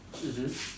mmhmm